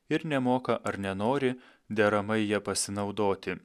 ir nemoka ar nenori deramai ja pasinaudoti